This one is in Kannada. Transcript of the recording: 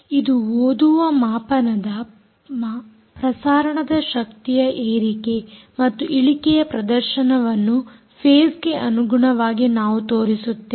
ಇದು ಓದುವ ಮಾಪನದ ಪ್ರಸಾರಣದ ಶಕ್ತಿಯ ಏರಿಕೆ ಮತ್ತು ಇಳಿಕೆಯ ಪ್ರದರ್ಶನವನ್ನು ಫೇಸ್ಗೆ ಅನುಗುಣವಾಗಿ ನಾವು ತೋರಿಸುತ್ತೇವೆ